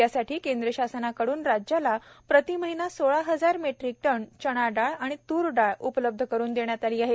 यासाठी केंद्र शासनाकडून राज्याला प्रती महिना सोळा हजार मेट्रिक टन चणाडाळ आणि त्रडाळ उपलब्ध करून देण्यात आली आहे